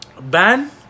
Ben